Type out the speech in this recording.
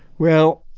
well,